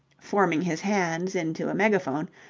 forming his hands into a megaphone,